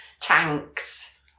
tanks